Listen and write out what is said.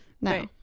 No